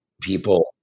people